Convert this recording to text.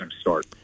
start